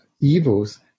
evils